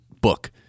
book